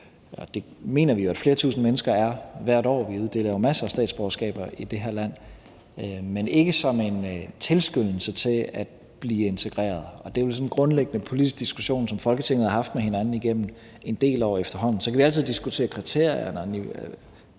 det mener vi jo at flere tusind mennesker er hvert år. Vi uddeler jo masser af statsborgerskaber i det her land, men ikke som en tilskyndelse til at blive integreret. Og det er jo sådan en grundlæggende politisk diskussion, som vi i Folketinget har haft med hinanden igennem en del år efterhånden. Så kan vi altid diskutere kriterierne, og